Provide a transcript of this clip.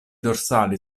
dorsali